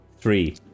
three